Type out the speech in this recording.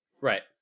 right